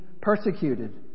persecuted